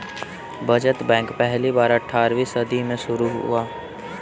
बचत बैंक पहली बार अट्ठारहवीं सदी में शुरू हुआ